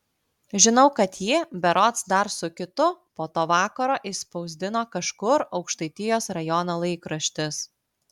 žinau kad jį berods dar su kitu po to vakaro išspausdino kažkur aukštaitijos rajono laikraštis